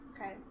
Okay